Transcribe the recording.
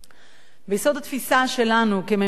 ביסוד התפיסה שלנו כממשלה,